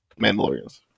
Mandalorians